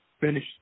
finish